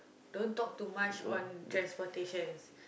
don't talk too much on transportations